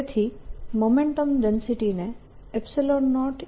તેથી મોમેન્ટમ ડેન્સિટીને 0 પણ લખી શકાય છે